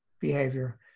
behavior